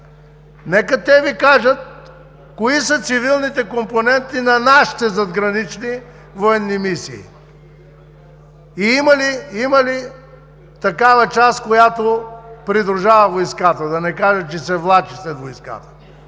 Нека те да Ви кажат кои са цивилните компоненти на нашите задгранични военни мисии. Има ли такава част, която придружава войската, да не кажа, че се влачи след войската,